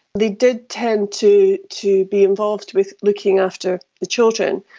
they did tend to to be involved with looking after the children.